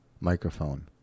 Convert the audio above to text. microphone